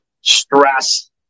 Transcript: stress